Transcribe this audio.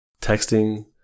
texting